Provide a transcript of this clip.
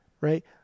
Right